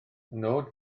nod